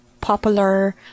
popular